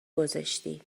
گذاشتی